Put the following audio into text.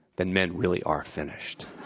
then men really are finished.